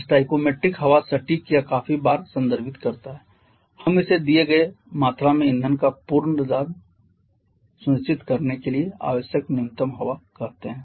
stoichiometric हवा सटीक या काफी बार संदर्भित करता है हम इसे दिए गए मात्रा में ईंधन का पूरा दहन सुनिश्चित करने के लिए आवश्यक न्यूनतम हवा कहते हैं